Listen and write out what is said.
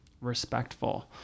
respectful